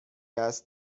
است